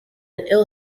ill